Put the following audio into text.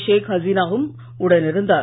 ஷேக் ஹசீனாவும் உடனிருந்தார்